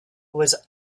was